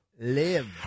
live